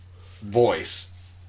voice